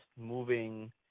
moving